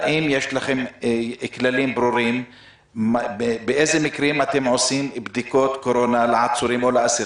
האם יש לכם כללים ברורים מתי עושים בדיקות קורונה לעצורים או לאסירים?